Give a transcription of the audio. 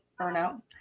burnout